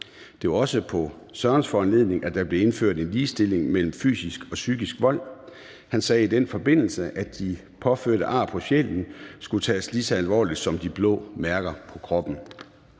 Det var også på Sørens foranledning, at der blev indført en ligestilling mellem fysisk og psykisk vold. Han sagde i den forbindelse, at de påførte ar på sjælen skulle tages lige så alvorligt som de blå mærker på kroppen.